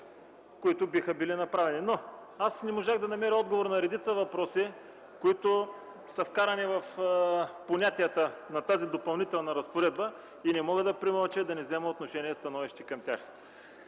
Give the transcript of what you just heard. които биха били направени. Аз не можах да намеря отговор на редица въпроси, които са вкарани в понятията на тази Допълнителна разпоредба. Не мога да премълча и да не взема отношение и становище по тях.